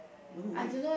no wait